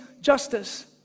justice